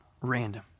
random